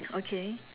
okay